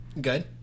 Good